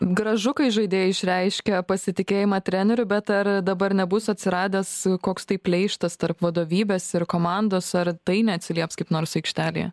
gražu kai žaidėjai išreiškia pasitikėjimą treneriu bet ar dabar nebus atsiradęs koks tai pleištas tarp vadovybės ir komandos ar tai neatsilieps kaip nors aikštelėje